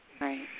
Right